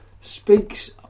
speaks